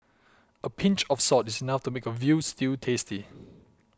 a pinch of salt is enough to make a Veal Stew tasty